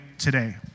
today